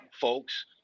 folks –